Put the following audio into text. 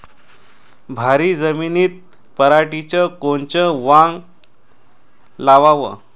भारी जमिनीत पराटीचं कोनचं वान लावाव?